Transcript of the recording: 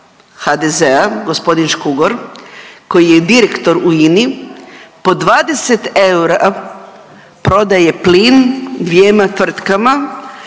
HDZ-a gospodin Škugor koji je direktor u INI po 20 eura prodaje plin dvijema tvrtkama